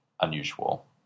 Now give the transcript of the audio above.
Unusual